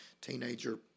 teenager